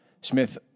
Smith